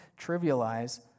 trivialize